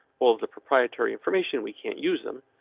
of the proprietary information. we can't use them,